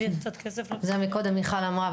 זה מקודם מיכל אמרה,